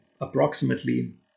approximately